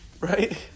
Right